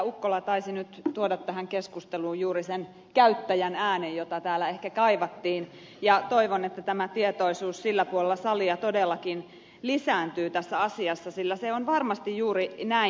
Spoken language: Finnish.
ukkola taisi nyt tuoda tähän keskusteluun juuri sen käyttäjän äänen jota täällä ehkä kaivattiin ja toivon että tämä tietoisuus sillä puolella salia todellakin lisääntyy tässä asiassa sillä se on varmasti juuri näin